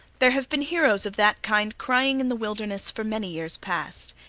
there have been heroes of that kind crying in the wilderness for many years past.